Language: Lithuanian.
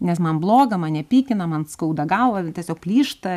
nes man bloga mane pykina man skauda galvą tiesiog plyšta